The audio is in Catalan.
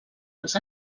els